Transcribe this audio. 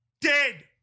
dead